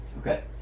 okay